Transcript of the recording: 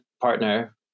partner